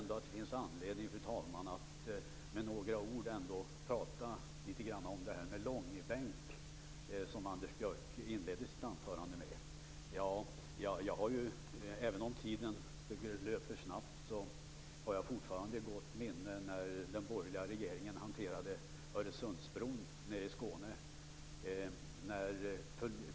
Det finns anledning, fru talman, att säga några ord om detta med långbänk som Anders Björck inledde sitt anförande med. Även om tiden löper snabbt minns jag fortfarande hur den borgerliga regeringen hanterade Öresundsbron nere i Skåne.